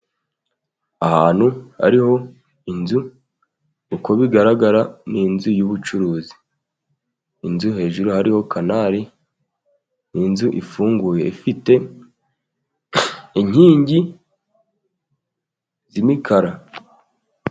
Ahantu hariho inzu, uko bigaragara ni inzu y'ubucuruzi, inzu hejuru hariho kanari, ni inzu ifunguye, ifite inkingi z'umikara.